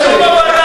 איזה "חטפנו".